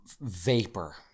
vapor